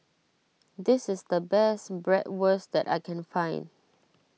this is the best Bratwurst that I can find